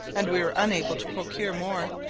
and we were unable to procure more.